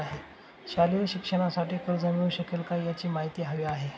शालेय शिक्षणासाठी कर्ज मिळू शकेल काय? याची माहिती हवी आहे